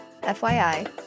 FYI